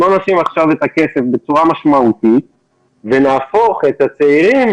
בואו נשים עכשיו את הכסף בצורה משמעותית ונהפוך את הצעירים